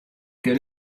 get